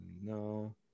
no